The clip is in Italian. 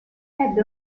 ebbe